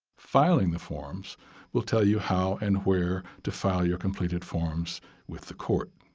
filing the forms will tell you how and where to file your completed forms with the court.